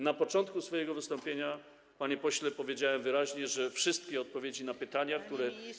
Na początku swojego wystąpienia, panie pośle, powiedziałem wyraźnie, że wszystkie odpowiedzi na pytania, które nie.